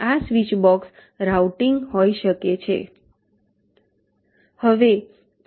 આ switch box routing હોઈ શકે છે